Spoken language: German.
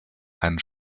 einen